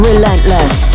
Relentless